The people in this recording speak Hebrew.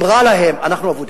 אם רע להם, אנחנו אבודים.